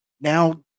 now